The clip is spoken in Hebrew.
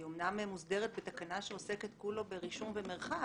היא אמנם מוסדרת בתקנה שעוסקת כולה ברישום ומרחק,